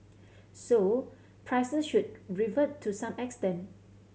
so prices should revert to some extent